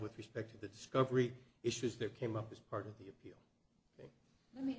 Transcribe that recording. with respect to the discovery issues that came up as part of the appeal